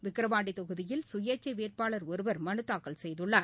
விக்ரவாண்டி தொகுதியில் சுயேச்சை வேட்பாளர் ஒருவர் மனு தாக்கல் செய்துள்ளார்